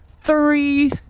three